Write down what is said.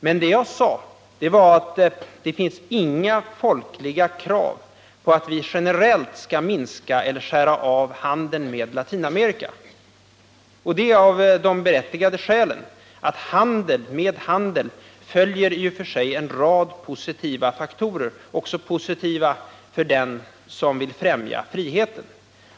Men det jag sade var att det inte finns folkliga krav på att vi generellt skall minska eller skära av handeln med Latinamerika — detta av det berättigade skälet att med handel följer i och för sig en rad positiva faktorer, positiva också för den som vill främja friheten.